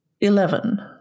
Eleven